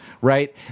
right